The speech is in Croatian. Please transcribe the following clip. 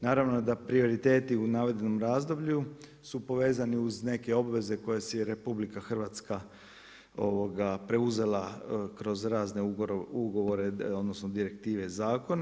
Naravno da prioriteti u navedenom razdoblju su povezani uz neke obveze koje si je RH preuzela kroz razne ugovore odnosno direktive zakona.